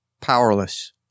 powerless